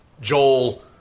Joel